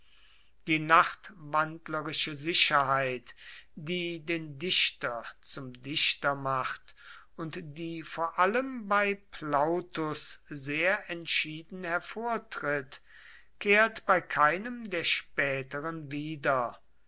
die nachtwandlerische sicherheit die den dichter zum dichter macht und die vor allem bei plautus sehr entschieden hervortritt kehrt bei keinem der späteren wieder